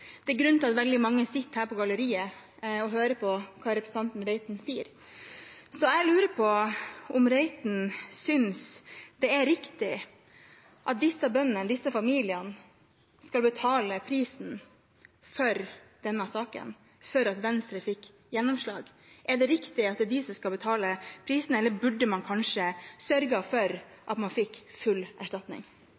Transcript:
er en grunn til at veldig mange sitter her på galleriet og hører på hva representanten Reiten sier. Jeg lurer på om Reiten synes det er riktig at disse bøndene og disse familiene skal betale prisen for denne saken, for at Venstre fikk gjennomslag. Er det riktig at det er de som skal betale prisen? Eller burde man kanskje sørget for